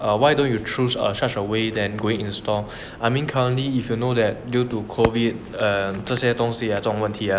err why don't you choose such a way than going in store I mean currently if you know that due to COVID err 这些东西啊这种问题 ah